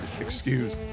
excuse